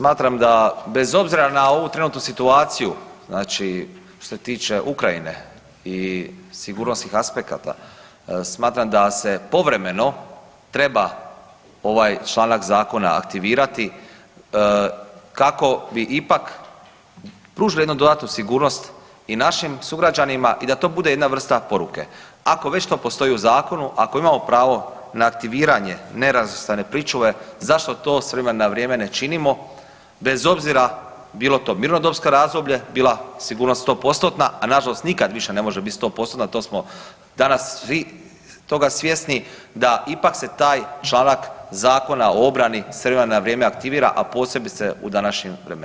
Smatram da bez obzira na ovu trenutnu situaciju znači što se tiče Ukrajine i sigurnosnih aspekata smatram da se povremeno treba ovaj članak zakona aktivirati kako bi ipak pružili jednu dodatnu sigurnost i našim sugrađanima i da to bude jedna vrsta poruke, ako već to postoji u zakonu, ako imamo pravo na aktiviranje nerazvrstane pričuve, zašto to s vremena na vrijeme ne činimo bez obzira bilo to mirnodobsko razdoblje, bila sigurnost 100%-tna, a nažalost nikad više ne može bit 100%-tna to smo danas svi toga svjesni da ipak se taj članak Zakona o obrani s vremena na vrijeme aktivira, a posebice u današnjim vremenima.